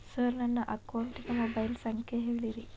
sir ನನ್ನ ಅಕೌಂಟಿನ mobile ಸಂಖ್ಯೆ ಹೇಳಿರಿ